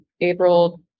April